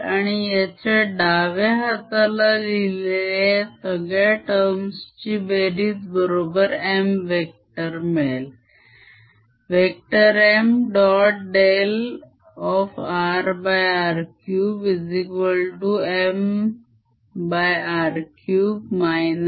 आणि याच्या डाव्या हाताला लिहिलेल्या या सगळ्या terms ची बेरीज बरोबर m वेक्टर मिळेल